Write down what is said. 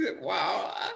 wow